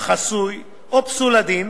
החסוי או פסול הדין,